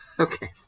Okay